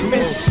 Miss